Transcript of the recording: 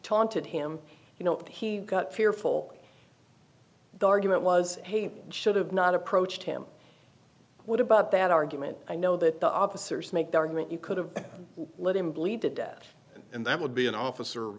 taunted him you know he got fearful the argument was hey should have not approached him what about that argument i know that the officers make the argument you could have let him bleed to death and that would be an officer